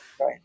Right